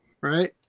right